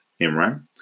Imran